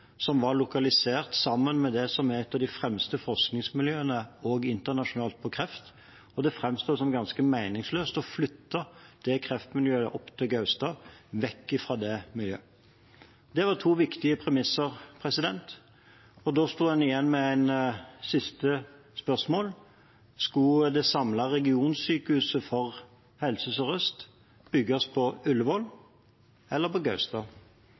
som er lokalisert sammen med det som er et av de fremste forskningsmiljøene, også internasjonalt, på kreft. Det framstår som ganske meningsløst å flytte det kreftmiljøet opp til Gaustad, vekk fra det miljøet. Det var to viktige premisser, og da sto en igjen med et siste spørsmål: Skulle det samlede regionsykehuset for Helse Sør-Øst bygges på Ullevål eller på Gaustad?